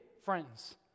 friends